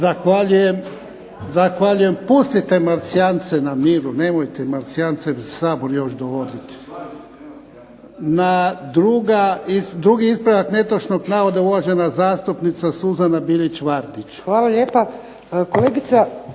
Zahvaljujem. Pustite marsijance na miru, nemojte marsijance u Sabor još dovoditi. Drugi ispravak netočnog navoda, uvažena zastupnica Suzana Bilić Vardić. **Bilić Vardić,